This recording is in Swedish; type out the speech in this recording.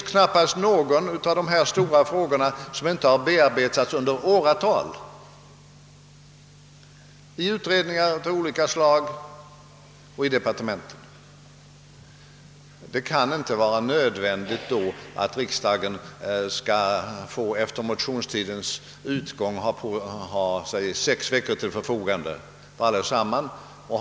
Det är knappast någon av dessa stora frågor som inte i åratal bearbetats i utredningar av olika slag och i departementen. Det kan inte vara nödvändigt då att riksdagen skall ha — efter motionstidens utgång — cirka sex veckor till förfogande för behandling av samtliga frågor.